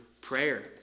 prayer